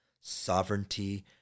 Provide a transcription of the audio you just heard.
sovereignty